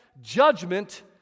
judgment